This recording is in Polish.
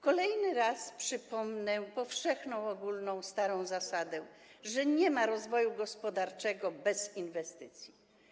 Kolejny raz przypomnę powszechną, ogólną, starą zasadę, że nie ma rozwoju gospodarczego bez inwestycji.